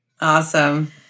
Awesome